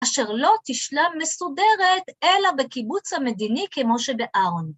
אשר לא תשלם מסודרת, אלא בקיבוץ המדיני כמו שבארון.